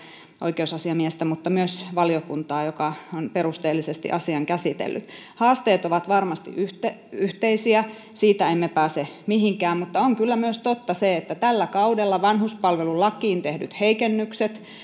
oikeusasiamiestä mutta myös valiokuntaa joka on perusteellisesti asian käsitellyt haasteet ovat varmasti yhteisiä yhteisiä siitä emme pääse mihinkään mutta on kyllä myös totta se että tällä kaudella vanhuspalvelulakiin tehdyt heikennykset